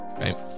Right